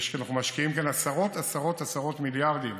אנחנו משקיעים כאן עשרות עשרות עשרות מיליארדים